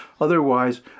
Otherwise